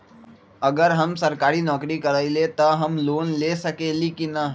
अगर हम सरकारी नौकरी करईले त हम लोन ले सकेली की न?